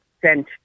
sent